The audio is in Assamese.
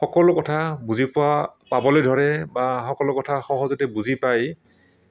সকলো কথা বুজি পোৱা পাবলৈ ধৰে বা সকলো কথা সহজতে বুজি পাই